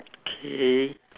okay